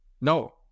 No